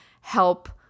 help